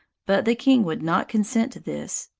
but the king would not consent to this.